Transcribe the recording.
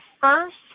first